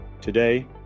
Today